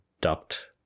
duct